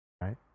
Right